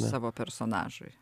savo personažui